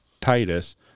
Titus